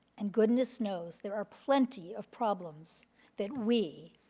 and goodness knows there are plenty of problems that we,